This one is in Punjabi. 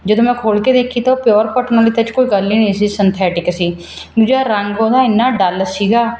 ਜਦੋਂ ਮੈਂ ਖੋਲ੍ਹ ਕੇ ਦੇਖੀ ਤਾਂ ਉਹ ਪਿਓਰ ਕੋਟਨ ਵਾਲੀ ਤਾਂ ਉਹਦੇ 'ਚ ਕੋਈ ਗੱਲ ਹੀ ਨਹੀਂ ਸੀ ਸਿੰਥੈਟਿਕ ਸੀ ਦੂਜਾ ਰੰਗ ਉਹਦਾ ਇੰਨਾ ਡਲ ਸੀਗਾ